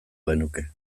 genuke